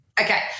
Okay